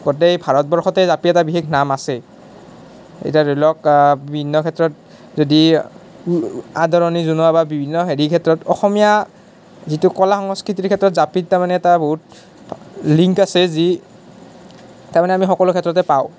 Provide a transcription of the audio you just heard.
গোটেই ভাৰতবৰ্ষতেই জাপিৰ এটা বিশেষ নাম আছে এতিয়া ধৰি লওক বিভিন্ন ক্ষেত্ৰত যদি আদৰণি জনোৱা বা বিভিন্ন হেৰি ক্ষেত্ৰত অসমীয়া যিটো কলা সংস্কৃতিৰ ক্ষেত্ৰত জাপিৰ তাৰ মানে এটা বহুত লিংক আছে যি তাৰ মানে আমি সকলো ক্ষেত্ৰতে পাওঁ